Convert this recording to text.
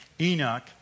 Enoch